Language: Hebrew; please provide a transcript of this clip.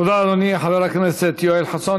תודה, אדוני, חבר הכנסת יואל חסון.